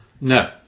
No